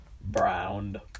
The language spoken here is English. Browned